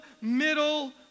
middle